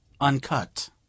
Uncut